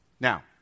Now